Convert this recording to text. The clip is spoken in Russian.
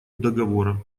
договора